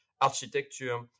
architecture